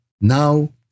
now